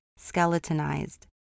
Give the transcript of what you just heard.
skeletonized